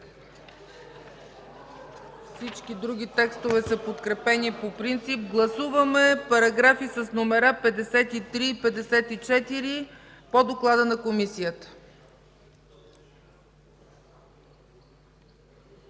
Всички други текстове са подкрепени по принцип. Гласуваме параграфи с номера 53 и 54 по доклада на Комисията.